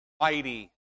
mighty